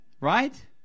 Right